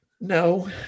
no